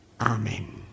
Amen